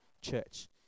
church